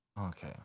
Okay